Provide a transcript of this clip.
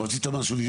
רצית משהו?